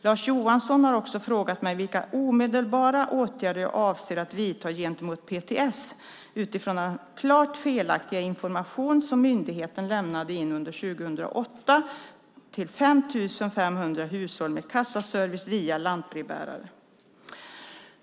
Lars Johansson har också frågat mig vilka omedelbara åtgärder jag avser att vidta gentemot PTS utifrån den klart felaktiga information som myndigheten lämnade under 2008 till 5 500 hushåll med kassaservice via lantbrevbärare.